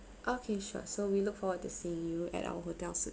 okay sure so we look forward to see you at our hotel soon